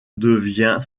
devient